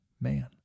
man